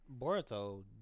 Boruto